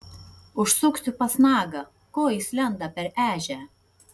užsuksiu pas nagą ko jis lenda per ežią